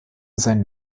seinen